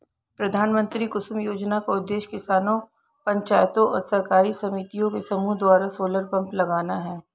प्रधानमंत्री कुसुम योजना का उद्देश्य किसानों पंचायतों और सरकारी समितियों के समूह द्वारा सोलर पंप लगाना है